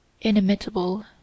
Inimitable